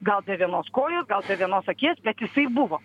gal be vienos kojos gal be vienos akies bet jisai buvo